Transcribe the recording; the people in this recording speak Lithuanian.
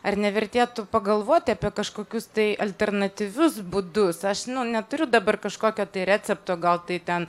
ar nevertėtų pagalvoti apie kažkokius tai alternatyvius būdus aš nu neturiu dabar kažkokio tai recepto gal tai ten